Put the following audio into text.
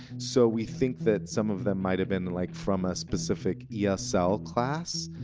so we think that some of them might have been like from a specific yeah esl class.